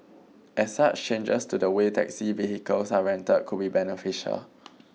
as such changes to the way taxi vehicles are rented could be beneficial